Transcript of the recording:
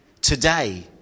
today